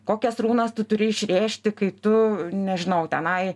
kokias runas tu turi išrėžti kai tu nežinau tenai